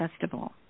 Festival